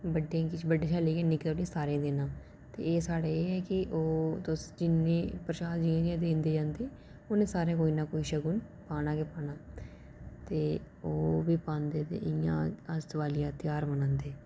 बड्डें गी बड्डें कशा लेइयै निक्कें तोड़ी सारें गी देना ते एह् साढ़े एह् ऐ कि तुस जिन्ना प्रशाद जि'यां जि'यां दिंदे जंदे उ'नें सारे कोई ना कोई शगुन पांदा ध्यार मनांदे